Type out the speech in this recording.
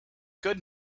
good